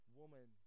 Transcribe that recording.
woman